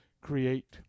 create